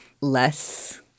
less